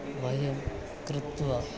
वयं कृत्वा